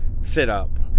sit-up